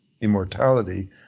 immortality